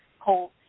cold